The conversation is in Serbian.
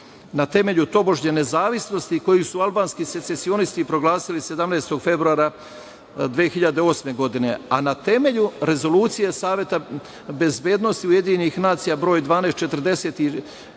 na temelju tobožnje nezavisnosti koju su albanski secesionisti proglasili 17. februara 2008. godine, a na temelju Rezolucije Saveta bezbednosti UN broj 1240,